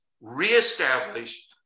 reestablish